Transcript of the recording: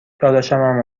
دادشمم